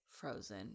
frozen